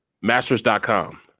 Masters.com